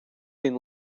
been